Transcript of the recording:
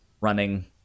running